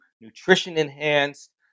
nutrition-enhanced